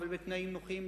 אבל בתנאים נוחים,